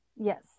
yes